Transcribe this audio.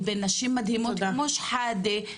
לבין נשים מדהימות כמו שחאדה.